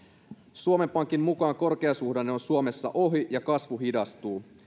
suomen pankin mukaan korkeasuhdanne on suomessa ohi ja kasvu hidastuu